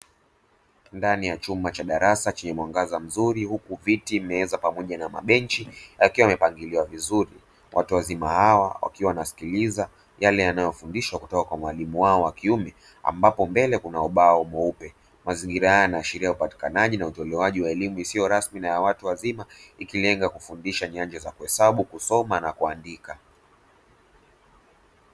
Ndani ya chumba cha darasa chenye mwanga mzuri huku viti, meza pamoja na mabenchi vikiwa vimepangiliwa vizuri, watu wazima hawa wakiwa wanasikiliza yale wanayofundishwa kutoka kwa mwalimu wao wa kiume ambapo mbele kuna ubao mweupe. Mazingira haya yanaashiria upatikanaji na utoaji wa elimu isiyo rasmi na ya watu wazima ikilenga kufundisha nyanja za kuhesabu, kusoma na kuandika.